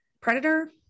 predator